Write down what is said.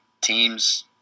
Teams